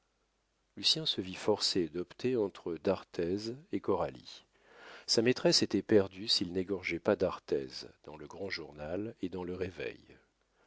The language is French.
lucien se vit forcé d'opter entre d'arthez et coralie sa maîtresse était perdue s'il n'égorgeait pas d'arthez dans le grand journal et dans le réveil